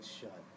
shut